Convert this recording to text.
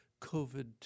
COVID